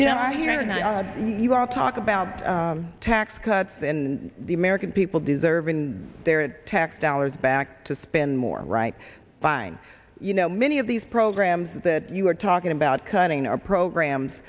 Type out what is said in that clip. you know i hear you all talk about tax cuts and the american people deserve and their tax dollars back to spend more right fine you know many of these programs that you're talking about cutting are programs